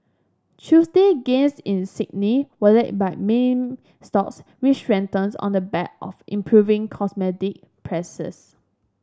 Tuesday gains in Sydney were led by mining stocks which strengthens on the back of improving prices